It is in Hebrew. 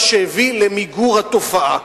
מה שהביא למיגור התופעה.